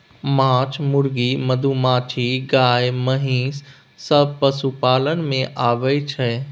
माछ, मुर्गी, मधुमाछी, गाय, महिष सब पशुपालन मे आबय छै